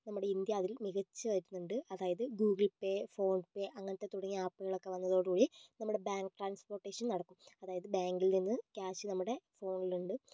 നമ്മുടെ ഇന്ത്യ അതിൽ മികച്ചു വരുന്നുണ്ട് അതായത് ഗൂഗിൾ പേ ഫോൺ പേ അങ്ങനത്തെ തുടങ്ങിയ ആപ്പുകളൊക്കെ വന്നതോടുകൂടി നമ്മുടെ ബേങ്ക് ട്രാൻസ്പോർട്ടേഷൻ നടക്കും അതായത് ബാങ്കിൽ നിന്ന് ക്യാഷ് നമ്മുടെ ഫോണിലുണ്ട്